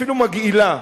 אפילו מגעילה,